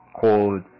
called